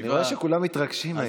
אני רואה שכולם מתרגשים מהעניין.